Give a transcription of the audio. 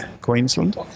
queensland